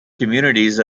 communities